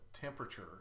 temperature